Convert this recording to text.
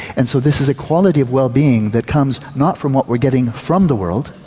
and so this is a quality of wellbeing that comes not from what we're getting from the world,